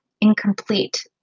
incomplete